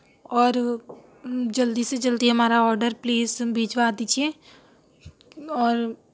اور جلدی سے جلدی ہمارا آڈر پلیز بھجوا دیجیے اور